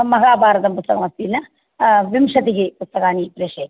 महाभारतं पुस्तकम् अस्ति किल विंशतिः पुस्तकानि प्रेषयतु